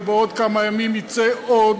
ובעוד כמה ימים יצא עוד,